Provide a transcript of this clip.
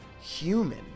human